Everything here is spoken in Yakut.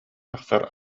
тахсар